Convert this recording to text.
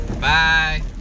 Bye